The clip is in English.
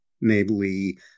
namely